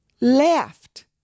left